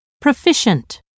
Proficient